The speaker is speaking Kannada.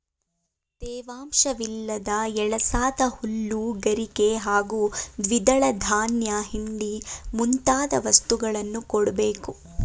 ತೇವಾಂಶವಿಲ್ಲದ ಎಳಸಾದ ಹುಲ್ಲು ಗರಿಕೆ ಹಾಗೂ ದ್ವಿದಳ ಧಾನ್ಯ ಹಿಂಡಿ ಮುಂತಾದ ವಸ್ತುಗಳನ್ನು ಕೊಡ್ಬೇಕು